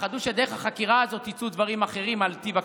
פחדו שדרך החקירה הזאת יצאו דברים אחרים על טיב הקשר.